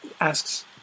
asks